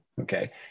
okay